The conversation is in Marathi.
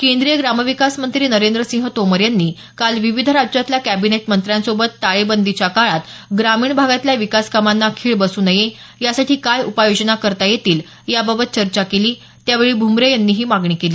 केंद्रीय ग्रामविकास मंत्री नरेंद्र तोमर यांनी काल विविध राज्यातल्या कॅबिनेट मंत्र्यांसोबत टाळेबंदीच्या काळात ग्रामीण भागातल्या विकास कामांना खीळ बसू नये यासाठी काय उपाययोजना करता येतील याबाबत चर्चा केली त्यावेळी भूमरे यांनी ही मागणी केली